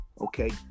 okay